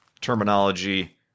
terminology